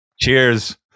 cheers